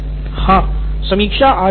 नितिन कुरियन हाँ